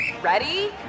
Ready